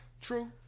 true